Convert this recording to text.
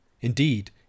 Indeed